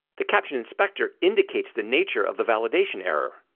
the captions inspector indicates the nature of the validation error.